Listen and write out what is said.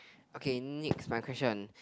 okay next my question